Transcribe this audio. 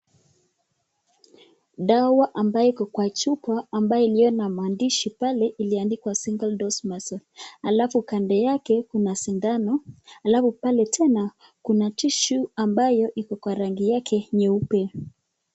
Dawa ambayo iko kwa chupa ambayo iliyo na maandishi pale iliandikwa single dose muscle. Alafu kande yake kuna sindano. Alafu pale tena kuna tissue ambayo iko kwa rangi yake nyeupe.